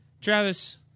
Travis